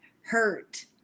hurt